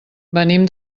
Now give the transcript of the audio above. venim